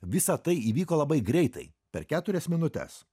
visa tai įvyko labai greitai per keturias minutes